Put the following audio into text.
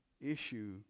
issue